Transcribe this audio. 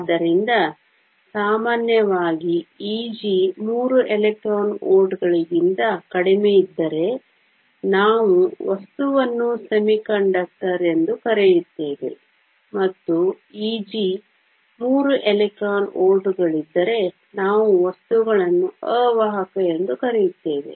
ಆದ್ದರಿಂದ ಸಾಮಾನ್ಯವಾಗಿ Eg ಮೂರು ಎಲೆಕ್ಟ್ರಾನ್ ವೋಲ್ಟ್ಗಳಿಗಿಂತ ಕಡಿಮೆಯಿದ್ದರೆ ನಾವು ವಸ್ತುವನ್ನು ಅರೆವಾಹಕ ಎಂದು ಕರೆಯುತ್ತೇವೆ ಮತ್ತು Eg 3 ಎಲೆಕ್ಟ್ರಾನ್ ವೋಲ್ಟ್ಗಳಿದ್ದರೆ ನಾವು ವಸ್ತುಗಳನ್ನು ಅವಾಹಕ ಎಂದು ಕರೆಯುತ್ತೇವೆ